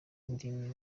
indimi